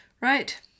Right